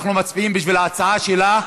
אנחנו מצביעים על ההצעה שלה,